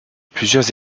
plusieurs